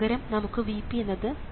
പകരം നമുക്ക് Vp എന്നത് 1